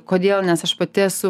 kodėl nes aš pati esu